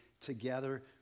together